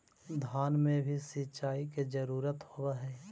धान मे भी सिंचाई के जरूरत होब्हय?